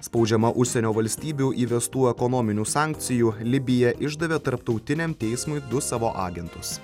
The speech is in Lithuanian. spaudžiama užsienio valstybių įvestų ekonominių sankcijų libija išdavė tarptautiniam teismui du savo agentus